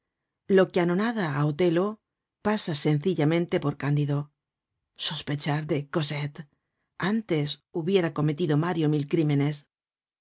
que anonada á otelo pasa sencillamente por cándido sospechar de cosette antes hubiera cometido mario mil crímenes